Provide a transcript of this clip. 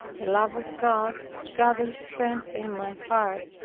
the love of god gathered strength in my heart,